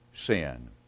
Sin